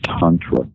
Tantra